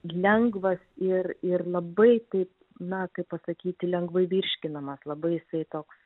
lengvas ir ir labai taip na kaip pasakyti lengvai virškinamas labai jisai toks